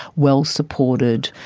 well supported,